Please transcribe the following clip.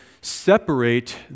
separate